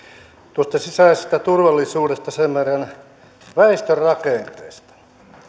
tuosta sisäisestä turvallisuudesta sen verran väestörakenteesta